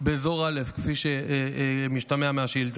באזור א', כפי שמשתמע מהשאילתה.